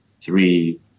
three